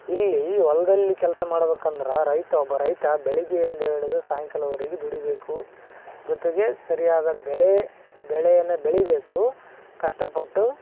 ಇಲ್ಲಿ ಹೊಲ್ದಲ್ಲಿ ಕೆಲಸ ಮಾಡ್ಬೇಕಂದ್ರೆ ರೈತ ಒಬ್ಬ ರೈತ ಬೆಳಿಗ್ಗೆ ಇಂದ ಹಿಡಿದು ಸಾಯಂಕಾಲವರೆಗೆ ದುಡಿಬೇಕು ಜೊತೆಗೆ ಸರಿಯಾದ ಬೆಳೆ ಬೆಳೆಯನ್ನು ಬೆಳಿಬೇಕು ಕಷ್ಟಪಟ್ಟು